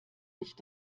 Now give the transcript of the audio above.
nicht